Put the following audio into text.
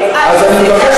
התקנון.